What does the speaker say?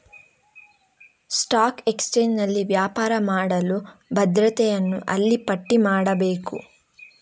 stock ಎಕ್ಸ್ಚೇಂಜಿನಲ್ಲಿ ವ್ಯಾಪಾರ ಮಾಡಲು ಭದ್ರತೆಯನ್ನು ಅಲ್ಲಿ ಪಟ್ಟಿ ಮಾಡಬೇಕು